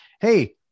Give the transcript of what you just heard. hey